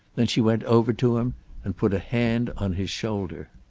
then she went over to him and put a hand on his shoulder.